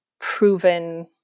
proven